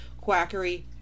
quackery